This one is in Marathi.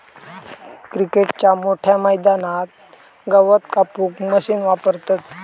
क्रिकेटच्या मोठ्या मैदानात गवत कापूक मशीन वापरतत